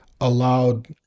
allowed